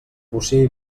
bocí